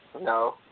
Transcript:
No